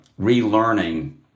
relearning